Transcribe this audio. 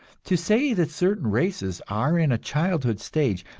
to say that certain races are in a childhood stage,